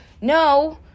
no